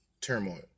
turmoil